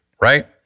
right